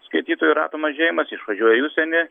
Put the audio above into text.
skaitytojų rato mažėjimas išvažiuoja į užsienį